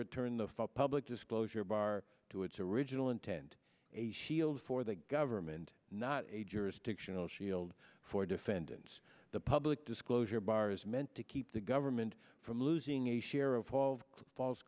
return the public disclosure bar to its original intent a shield for the government not a jurisdictional shield for defendants the public disclosure bar is meant to keep the government from losing a share of all false